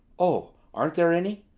oh, aren't there any?